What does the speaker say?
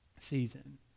season